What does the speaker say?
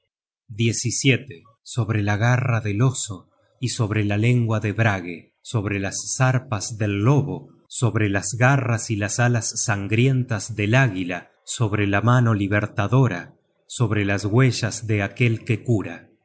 trineo sobre la garra del oso y sobre la lengua de brage sobre las zarpas del lobo sobre las garras y las alas sangrientas del águila sobre la mano libertadora sobre las huellas de aquel que cura